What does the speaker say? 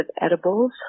edibles